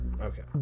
Okay